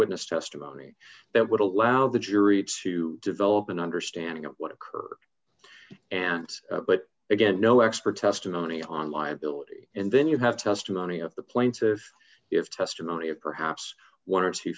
witness testimony that would allow the jury to develop an understanding of what occurred and but again no expert testimony on liability and then you have testimony of the plaintiffs if testimony of perhaps one or two